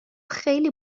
خیلی